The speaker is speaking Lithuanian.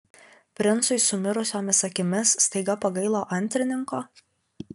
princui su mirusiomis akimis staiga pagailo antrininko